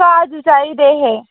काजू चाहिदे हे